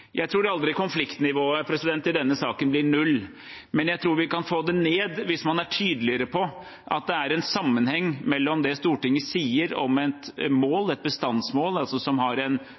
Jeg tror aldri konfliktnivået i denne saken blir null, men jeg tror vi kan få det ned hvis man er tydeligere på at det er en sammenheng mellom det Stortinget sier om et bestandsmål, som har